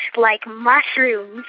like mushrooms.